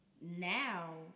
now